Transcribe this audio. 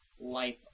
life